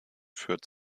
führt